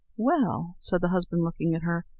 well, said the husband, looking at her,